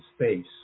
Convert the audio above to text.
space